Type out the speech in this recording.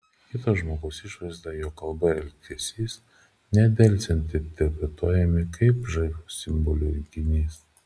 kito žmogaus išvaizda jo kalba ir elgesys nedelsiant interpretuojami kaip žavių simbolių rinkinys